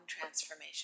transformation